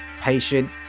patient